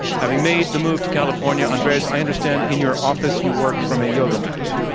having made the move to california, andreas, i understand in your office you work from a yoga mat.